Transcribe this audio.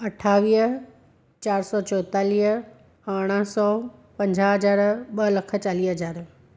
अठावीह चारि सौ चोएतालीह अरिड़हं सौ पंजाहु हज़ार ॿ लख चालीह हज़ार